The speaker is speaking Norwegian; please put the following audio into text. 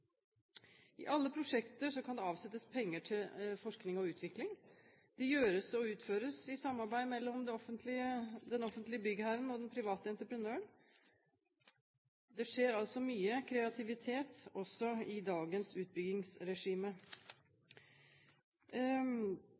I alle prosjekter kan det avsettes penger til forskning og utvikling. Det gjøres og utføres i samarbeid mellom den offentlige byggherren og den private entreprenøren. Det skjer altså mye kreativt også i dagens